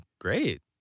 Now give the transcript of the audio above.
great